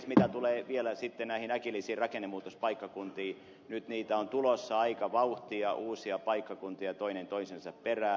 mitä tulee vielä sitten näihin äkillisiin rakennemuutospaikkakuntiin nyt niitä on tulossa aika vauhtia uusia paikkakuntia toinen toisensa perään